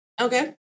Okay